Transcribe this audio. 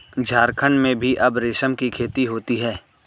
झारखण्ड में भी अब रेशम की खेती होती है